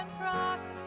prophets